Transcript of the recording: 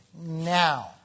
now